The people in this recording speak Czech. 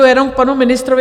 Jenom k panu ministrovi.